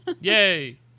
Yay